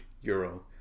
euro